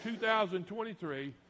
2023